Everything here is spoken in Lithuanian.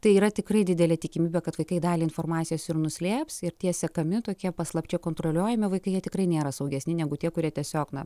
tai yra tikrai didelė tikimybė kad vaikai dalį informacijos ir nuslėps ir tie sekami tokie paslapčia kontroliuojami vaikai jie tikrai nėra saugesni negu tie kurie tiesiog na